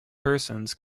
persons